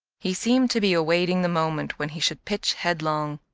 he seemed to be awaiting the moment when he should pitch headlong.